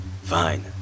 Fine